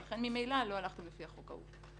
ולכן ממילא לא הלכתם לפי החוק ההוא.